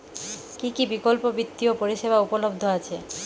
কী কী বিকল্প বিত্তীয় পরিষেবা উপলব্ধ আছে?